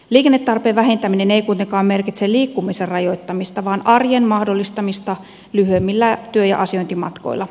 liikennetarpeen vähentäminen ei kuitenkaan merkitse liikkumisen rajoittamista vaan arjen mahdollistamista lyhyemmillä työ ja asiointimatkoilla